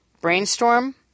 Brainstorm